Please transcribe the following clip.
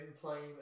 playing